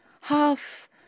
half